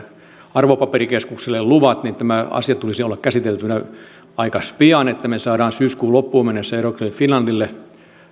arvopaperikeskuksellemme luvat niin tämä asia tulisi olla käsiteltynä aika pian niin että me saamme syyskuun loppuun mennessä euroclear finlandille